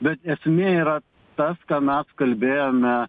bet esmė yra tas ką mes kalbėjome